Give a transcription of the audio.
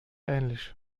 ähnlich